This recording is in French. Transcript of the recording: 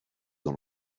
dans